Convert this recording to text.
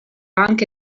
anche